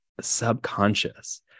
subconscious